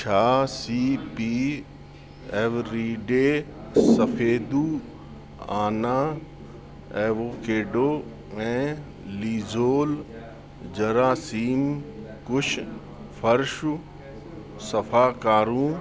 छा C P everyday सफ़ेदु आना एवोकेडो ऐं लीज़ोल जरासीन कुश फर्शु सफाकारु